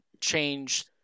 change